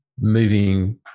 moving